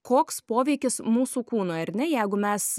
koks poveikis mūsų kūnui ar ne jeigu mes